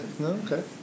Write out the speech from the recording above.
Okay